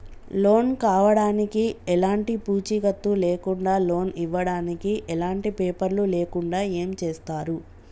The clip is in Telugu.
లోన్ కావడానికి ఎలాంటి పూచీకత్తు లేకుండా లోన్ ఇవ్వడానికి ఎలాంటి పేపర్లు లేకుండా ఏం చేస్తారు?